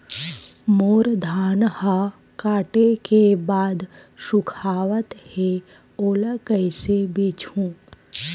मोर धान ह काटे के बाद सुखावत हे ओला कइसे बेचहु?